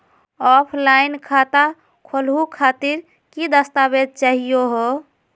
Offline खाता खोलहु खातिर की की दस्तावेज चाहीयो हो?